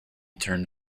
turned